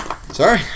Sorry